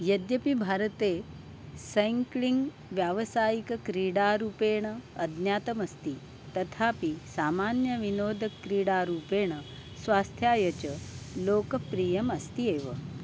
यद्यपि भारते सैङ्क्लिङ्ग् व्यावसायिक्रीडारूपेण अज्ञातमस्ति तथापि सामान्यविनोदक्रीडारूपेण स्वास्थ्याय च लोकप्रियम् अस्ति एव